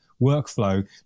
workflow